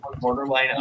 borderline